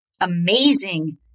amazing